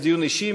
זה דיון אישי,